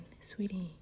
sweetie